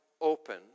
open